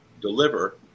deliver